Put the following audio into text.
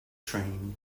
train